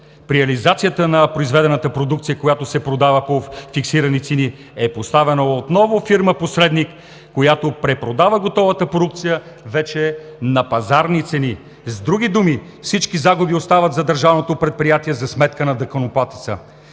при реализацията на произведената продукция, която се продава по фиксирани цени, е поставена отново фирма посредник, която препродава готовата продукция вече на пазарни цени. С други думи, всички загуби остават за държавното предприятие, за сметка на данъкоплатеца.